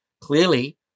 clearly